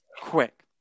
quick